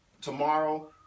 tomorrow